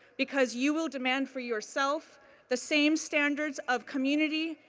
because you will demand for yourself the same standards of community,